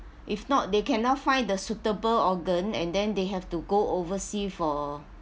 if not they cannot find the suitable organ and then they have to go oversea for